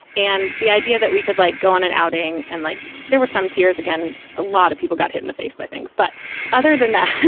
and the idea that we could, like, go on an outing and like there were some tears. again, a lot of people got hit in the face by things. but other than that,